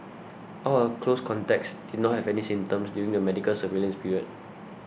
all her close contacts did not have any symptoms during the medical surveillance period